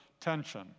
tension